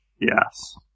Yes